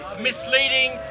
misleading